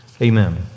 Amen